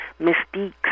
mystique